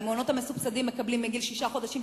והמעונות המסובסדים מקבלים מגיל שישה חודשים,